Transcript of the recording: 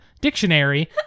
Dictionary